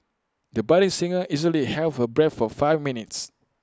the budding singer easily held her breath for five minutes